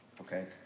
okay